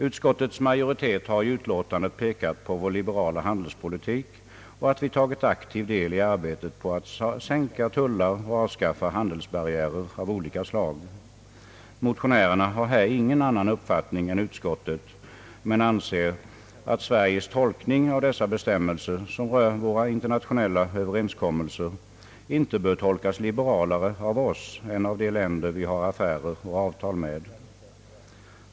Utskottets majoritet har i utlåtandet pekat på vår liberala handelspolitik och att vi tagit aktiv del i arbetet på att sänka tullar och avskaffa handelsbarriärer av olika slag. Motionärerna har här ingen annan uppfattning än utskottet men anser att Sveriges tolkning av de bestämmelser som rör våra internationella överenskommelser inte bör tolkas liberalare av oss än av de länder vi har affärer och avtal med.